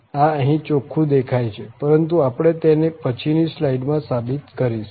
આ અહીં ચોખ્ખું દેખાય છે પરંતુ આપણે તેને પછી ની સ્લાઈડ માં સાબિત કરીશું